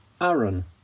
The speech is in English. Aaron